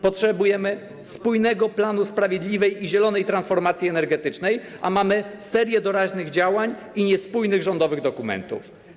Potrzebujemy spójnego planu sprawiedliwej i zielonej transformacji energetycznej, a mamy serię doraźnych działań i niespójnych rządowych dokumentów.